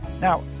Now